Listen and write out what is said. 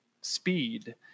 Speed